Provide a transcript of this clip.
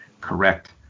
Correct